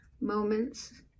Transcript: moments